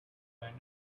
venom